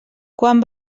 quan